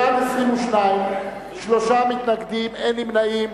בעד, 22, שלושה מתנגדים, אין נמנעים.